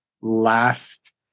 last